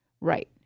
Right